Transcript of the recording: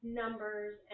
numbers